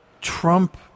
Trump